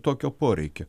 tokio poreikio